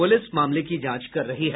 police मामले की जांच कर रही है